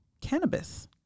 cannabis